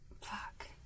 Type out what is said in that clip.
Fuck